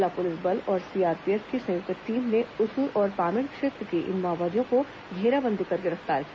जिला पुलिस बल और सीआरपीएफ की संयुक्त टीम ने उसूर और पामेड़ क्षेत्र से इन माओवादियों को घेराबंदी कर गिरफ्तार किया